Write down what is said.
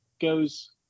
goes